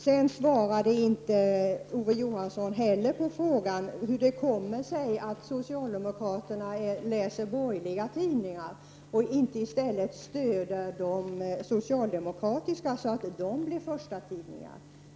Kurt Ove Johansson svarade inte heller på frågan hur det kommer sig att socialdemokraterna läser borgerliga tidningar, i stället för att stödja de socialdemokratiska så att de blir förstatidningar.